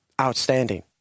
outstanding